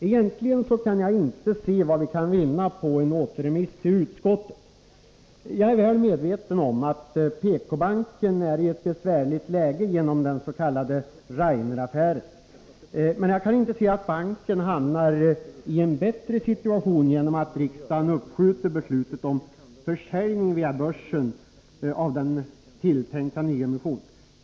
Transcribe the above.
Egentligen kan jag inte se vad vi skulle vinna på en återremiss till utskottet. Jag är väl medveten om att PK-banken är i ett besvärligt läge genom dens.k. Raineraffären. Men jag kan inte se att banken hamnar i en bättre situation genom att riksdagen uppskjuter beslutet om försäljning via börsen av den tilltänkta nyemissionen.